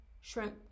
shrimp